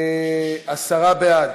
עשרה בעד.